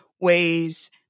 ways